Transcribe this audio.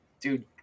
Dude